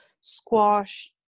squash